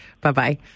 Bye-bye